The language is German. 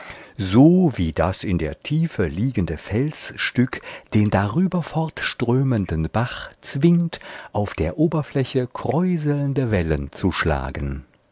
so wie das in der tiefe liegende felsstück den darüber fortströmenden bach zwingt auf der oberfläche kräuselnde wellen zu schlagen